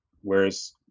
whereas